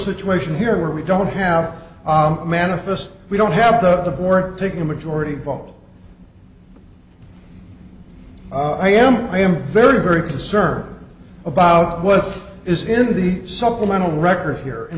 situation here where we don't have a manifest we don't have the work taking a majority vote i am i am very very concerned about what is in the supplemental record here in